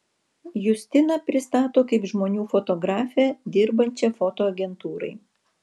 justiną pristato kaip žmonių fotografę dirbančią fotoagentūrai